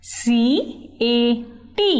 cat